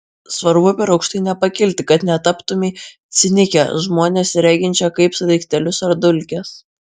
svarbu per aukštai nepakilti kad netaptumei cinike žmones reginčia kaip sraigtelius ar dulkes